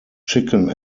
chicken